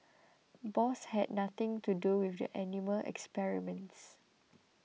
Bosch had nothing to do with the animal experiments